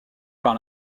par